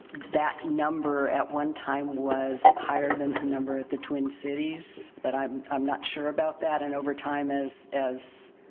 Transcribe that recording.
that number, at one time, was higher than the number at the twin cities, but i'm i'm not sure about that. and, over time, as.